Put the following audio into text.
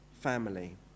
family